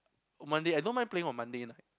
on Monday I don't mind playing on Monday night